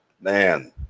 Man